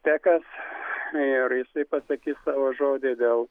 vtekas ir jisai pastatys savo žodį dėl